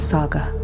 Saga